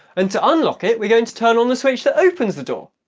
and to unlock it we're going to turn on the switch that opens the door.